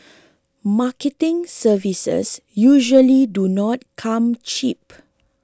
marketing services usually do not come cheap